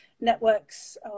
networks